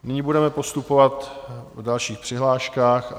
Nyní budeme postupovat v dalších přihláškách.